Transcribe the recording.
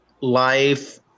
life